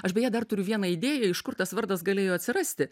aš beje dar turiu vieną idėją iš kur tas vardas galėjo atsirasti